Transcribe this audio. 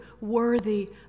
worthy